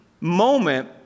moment